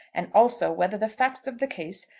and also whether the facts of the case,